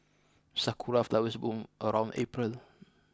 sakura flowers bloom around April